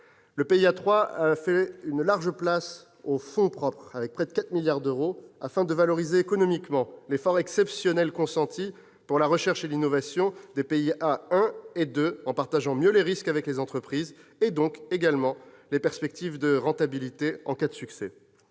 le PIA 3 fait une large place aux fonds propres, avec près de 4 milliards d'euros, afin de valoriser économiquement l'effort exceptionnel consenti pour la recherche et l'innovation des PIA 1 et 2, en partageant mieux les risques avec les entreprises et donc également les perspectives de rentabilité en cas de succès.